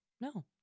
No